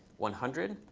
one hundred.